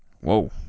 Whoa